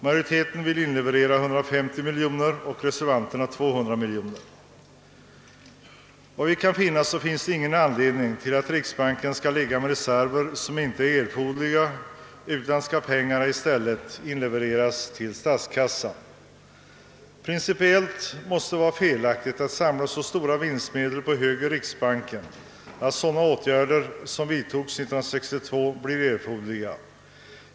Majoriteten vill inleverera 150 miljoner och reservanterna 200 miljoner kronor. Såvitt vi kan se finns det ingen anledning att riksbanken skall ligga med reserver som inte är erforderliga, utan pengarna bör i stället inlevereras till statskassan. Principiellt måste det vara felaktigt att samla så stora vinstmedel på hög i riksbanken, att sådana åtgärder som vidtogs år 1962 blir erforderliga.